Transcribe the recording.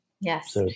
Yes